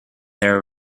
their